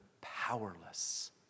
powerless